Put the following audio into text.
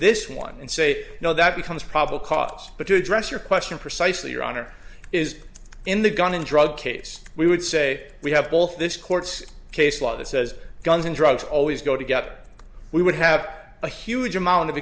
this one and say now that becomes probably cost but to address your question precisely your honor is in the gun and drug case we would say we have all this court's case law that says guns and drugs always go together we would have a huge amount of